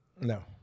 no